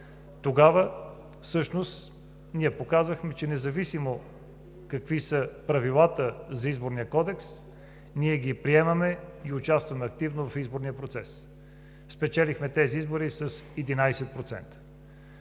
Тогава всъщност ние показахме, че независимо какви са правилата на Изборния кодекс, ние ги приемаме и участваме активно в изборния процес. Спечелихме тези избори с 11%.